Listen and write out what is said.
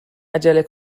عجله